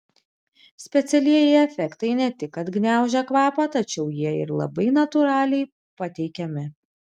specialieji efektai ne tik kad gniaužia kvapą tačiau jie ir labai natūraliai pateikiami